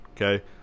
okay